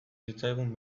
zitzaigun